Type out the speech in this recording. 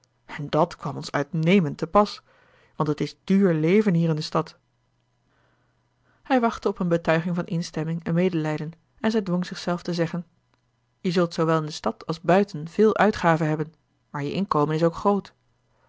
en dat kwam ons uitnemend te pas want het is duur leven hier in de stad hij wachtte op een betuiging van instemming en medelijden en zij dwong zichzelf te zeggen je zult zoowel in de stad als buiten veel uitgaven hebben maar je inkomen is ook groot